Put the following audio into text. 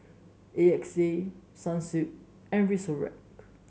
A X A Sunsilk and Frisolac